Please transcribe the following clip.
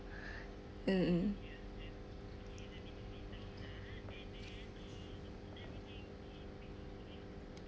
mm mm